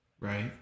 right